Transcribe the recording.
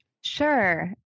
Sure